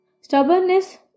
stubbornness